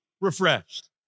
refreshed